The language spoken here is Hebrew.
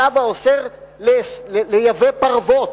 צו האוסר לייבא פרוות.